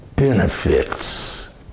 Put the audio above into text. benefits